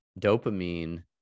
dopamine